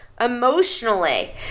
emotionally